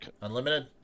Unlimited